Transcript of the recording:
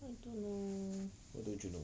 what don't you know